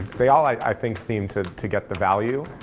they all, i think, seemed to to get the value.